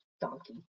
Donkey